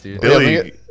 Billy